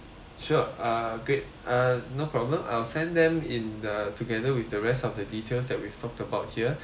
sure uh great uh no problem I'll send them in the together with the rest of the details that we've talked about here